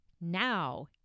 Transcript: now